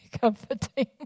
comforting